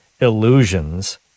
illusions